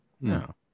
no